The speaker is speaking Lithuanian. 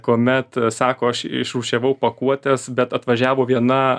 kuomet sako aš išrūšiavau pakuotes bet atvažiavo viena